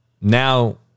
Now